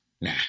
Nah